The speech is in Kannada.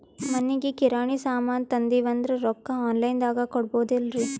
ಮನಿಗಿ ಕಿರಾಣಿ ಸಾಮಾನ ತಂದಿವಂದ್ರ ರೊಕ್ಕ ಆನ್ ಲೈನ್ ದಾಗ ಕೊಡ್ಬೋದಲ್ರಿ?